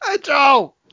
Joe